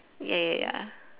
ya ya ya